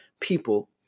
people